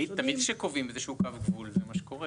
תמיד כשקובעים איזה שהוא קו גבול זה מה שקורה,